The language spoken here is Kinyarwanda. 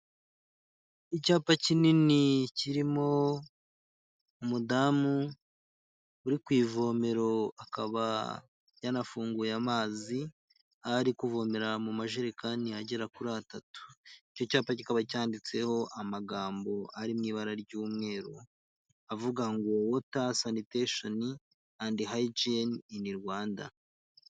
Icyapa kinini kirimo umudamu, uri ku ivomero, akaba yanafunguye amazi, ahari kuvomera mu majerekani agera kuri atatu, icyo cyapa kikaba cyanditseho amagambo ari mu ibara ry'umweru, avuga ngo wota sanitasheni endi hayijini ini Rwanda.